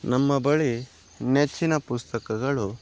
ನಮ್ಮ ಬಳಿ ನೆಚ್ಚಿನ ಪುಸ್ತಕಗಳು